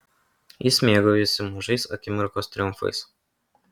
jis mėgaujasi mažais akimirkos triumfais